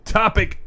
topic